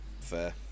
Fair